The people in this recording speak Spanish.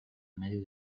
medio